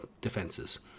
defenses